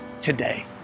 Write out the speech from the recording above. today